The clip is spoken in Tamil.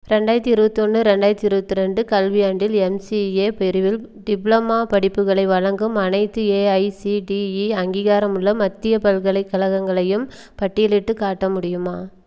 ரெண்டாயிரத்து இருபத்தொன்னு ரெண்டாயிரத்து இருபத் ரெண்டு கல்வியாண்டில் எம்சிஏ பிரிவில் டிப்ளமா படிப்புகளை வழங்கும் அனைத்து ஏஐசிடிஇ அங்கீகாரமுள்ள மத்தியப் பல்கலைக்கழகங்களையும் பட்டியலிட்டுக் காட்ட முடியுமா